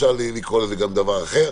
אפשר לקרוא לזה גם דבר אחר.